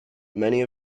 many